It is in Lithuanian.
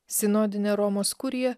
sinodinė romos kurija